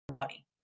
body